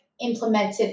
implemented